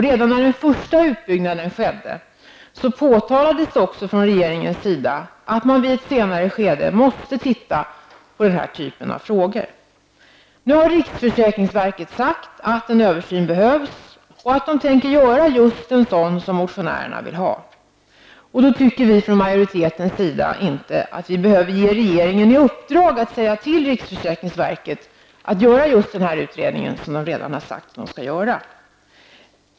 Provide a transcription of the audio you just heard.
Redan när den första utbyggnaden skedde framhölls det från regeringens sida att man i ett senare skede måste se över den här typen av frågor. Nu har riksförsäkringsverket sagt att en översyn behövs och att riksförsäkringsverket tänker göra just en sådan som motionärerna vill ha. Och då tycker vi från majoritetens sida att vi inte behöver ge regeringen i uppdrag att säga till riksförsäkringsverket att göra den utredning som riksföräkringsverket redan har sagt att det skall göra.